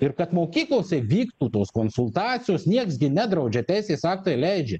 ir kad mokyklose vyktų tos konsultacijos nieks nedraudžia teisės aktai leidžia